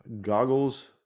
goggles